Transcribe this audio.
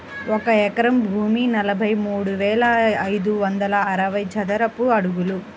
ఒక ఎకరం భూమి నలభై మూడు వేల ఐదు వందల అరవై చదరపు అడుగులు